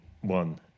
one